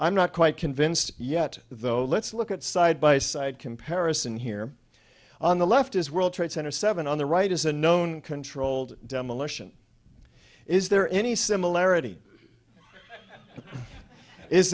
i'm not quite convinced yet though let's look at side by side comparison here on the left is world trade center seven on the right is a known controlled demolition is there any similarity is